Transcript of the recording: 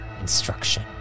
instruction